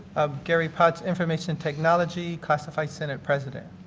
gary potts, information technology, classified senate president.